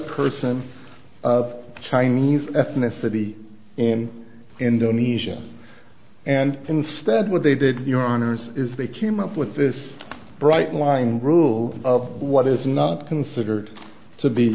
person of chinese ethnicity in indonesia and instead what they did in your honour's is they came up with this bright line rule of what is not considered to be